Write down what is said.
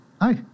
Hi